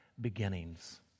beginnings